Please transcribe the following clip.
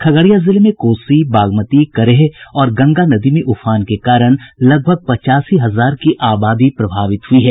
खगड़िया जिले में कोसी बागमती करेह और गंगा नदी में उफान के कारण लगभग पचासी हजार की आबादी प्रभावित हुई है